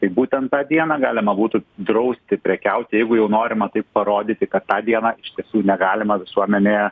tai būtent tą dieną galima būtų drausti prekiauti jeigu jau norima taip parodyti kad tą dieną iš tiesų negalima visuomenėje